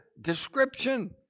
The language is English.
description